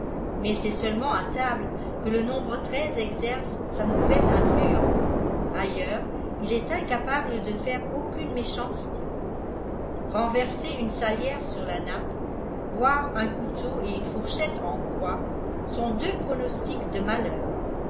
mais c'est seulement à table que le nombre treize exerce sa mauvsise influence ailleurs il est incapable de faire auéutie méchanceté renverser une salière sur lai nappcl voir uil ôouteau ettitie tttù chette en crqx sont déul pronostics de malheur